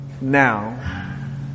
now